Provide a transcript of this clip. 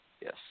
Yes